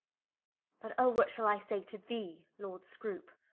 but o, what shall i say to thee lord scroope,